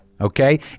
okay